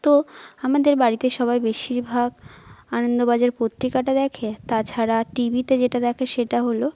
তো আমাদের বাড়িতে সবাই বেশিরভাগ আনন্দবাজার পত্রিকাটা দেখে তাছাড়া টিভিতে যেটা দেখে সেটা হলো